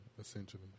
essentially